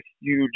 huge